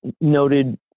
noted